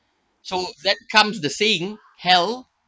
so that comes the saying hell